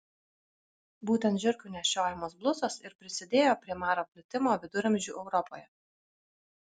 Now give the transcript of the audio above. būtent žiurkių nešiojamos blusos ir prisidėjo prie maro plitimo viduramžių europoje